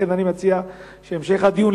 לכן אני מציע המשך דיון,